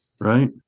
Right